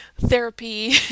therapy